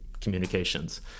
communications